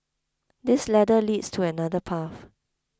this ladder leads to another path